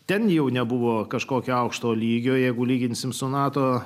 ten jau nebuvo kažkokio aukšto lygio jeigu lyginsime su nato